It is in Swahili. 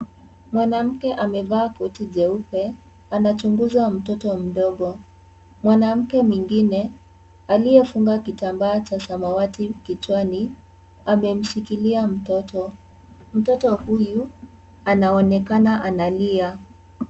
Mwanamke amevaa koti jeupe, anachunguza mtoto mdogo. Mwanamke mwingine, aliyefunga kitambaa cha samawati kichwani, amemshikilia mtoto. Mtoto huyu, anaoneka alia.